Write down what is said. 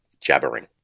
jabbering